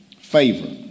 favor